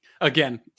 Again